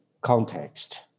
context